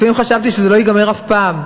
לפעמים חשבתי שזה לא ייגמר אף פעם,